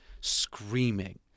screaming